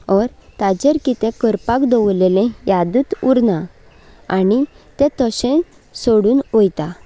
or ताजेर कितें करपाक दवरल्लेलें यादत उरना आनी तें तशें सोडून वयता